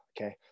okay